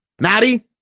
Maddie